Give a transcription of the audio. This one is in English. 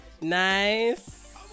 Nice